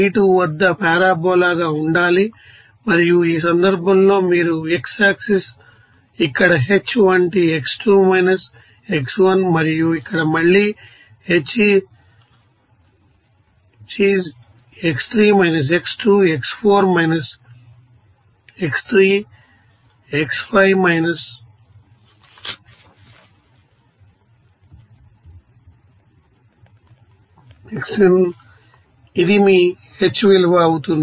32 వద్ద పారాబొలాగా ఉండాలి మరియు ఈ సందర్భంలో మీరు x ఆక్సిస్ ఇక్కడ h వంటి x2 - x1మరియు ఇక్కడ మళ్ళీ h is x3 - x2 x4 - x3 x5 - x4 ఇది మీ h విలువ అవుతుంది